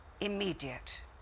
immediate